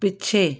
ਪਿੱਛੇ